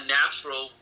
natural